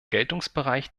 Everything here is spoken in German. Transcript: geltungsbereich